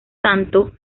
tanto